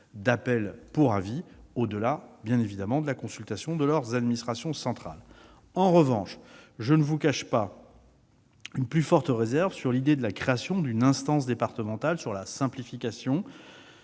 d'appel pour avis, au-delà de la consultation de leurs administrations centrales. En revanche, je ne vous cache pas une plus forte réserve sur l'idée de créer une instance départementale en matière de simplification.